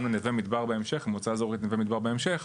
גם למועצה אזורית נווה מדבר בהמשך,